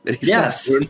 Yes